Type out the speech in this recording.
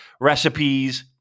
recipes –